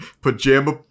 pajama